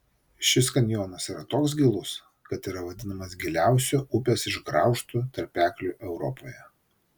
šis kanjonas yra toks gilus kad yra vadinamas giliausiu upės išgraužtu tarpekliu europoje